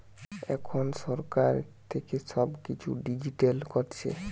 এখন সরকার থেকে সব কিছু ডিজিটাল করছে